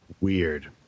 weird